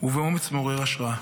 ובאומץ מעורר השראה.